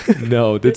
no